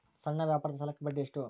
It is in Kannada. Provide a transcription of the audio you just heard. ಸಣ್ಣ ವ್ಯಾಪಾರದ ಸಾಲಕ್ಕೆ ಬಡ್ಡಿ ಎಷ್ಟು?